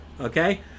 okay